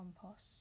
compost